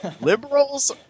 liberals